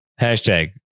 Hashtag